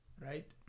Right